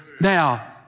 Now